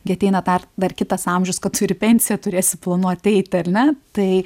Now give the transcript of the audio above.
gi ateina dar dar kitas amžius kad tu ir pensiją turėsi planuoti eiti ar ne tai